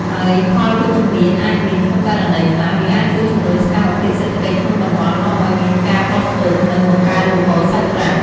ហើយផលវិជ្ជមានអាចមាន ក្នុងករណីខ្លះ វាអាចជួយជំរុញសកម្មភាពសេដ្ឋកិច្ចក្នុងតំបន់ នាំឲ្យមានការបោះទុន និងបង្កើនលំហូរសាច់ប្រាក់។